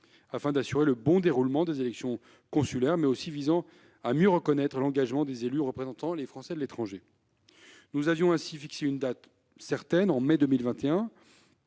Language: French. afin d'assurer le bon déroulement des élections consulaires, mais aussi visant à mieux reconnaître l'engagement des élus représentant les Français de l'étranger. Nous avons ainsi fixé une date certaine- en mai 2021